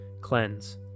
cleanse